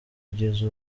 kugeza